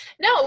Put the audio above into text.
No